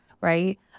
right